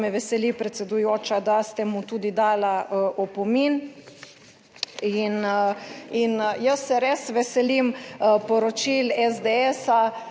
veseli predsedujoča, da ste mu tudi dala opomin. In jaz se res veselim poročil SDS